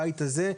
הבית הזה,